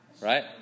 right